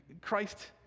Christ